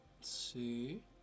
see